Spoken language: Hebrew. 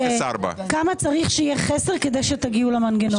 כמה צריך שיהיה חסר כדי שתגיעו למנגנון הזה?